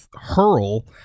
hurl